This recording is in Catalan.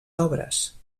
obres